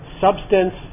substance